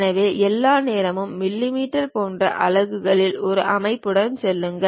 எனவே எல்லா நேரமும் மிமீ போன்ற அலகுகளின் ஒரு அமைப்புடன் செல்லுங்கள்